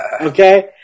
okay